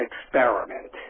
experiment